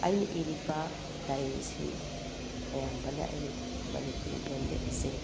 ꯑꯩꯅ ꯏꯔꯤꯕ ꯗꯥꯏꯔꯤ ꯑꯁꯤ ꯑꯌꯥꯝꯕꯅ ꯑꯩ ꯃꯅꯤꯄꯨꯔꯤ ꯂꯣꯟꯗ ꯏꯖꯩ